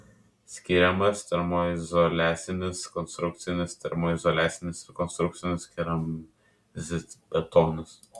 skiriamas termoizoliacinis konstrukcinis termoizoliacinis ir konstrukcinis keramzitbetonis